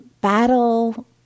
battle